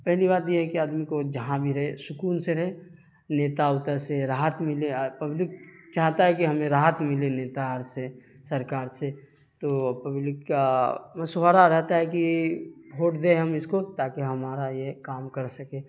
پہلی بات یہ ہے کہ آدمی کو جہاں بھی رہے سکون سے رہے نیتا ووتا سے راحت ملے آ پبلک چاہتا ہے کہ ہمیں راحت ملے نیتا اور سے سرکار سے تو پبلک کا مشورہ رہتا ہے کہ بھوٹ دیں ہم اس کو تاکہ ہمارا یہ کام کر سکے